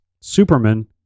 Superman